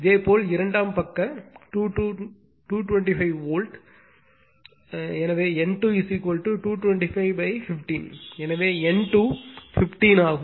இதே போல் இரண்டாம் பக்க 225 வோல்ட் எனவே N2 22515 எனவே N2 15 ஆகும்